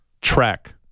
track